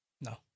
No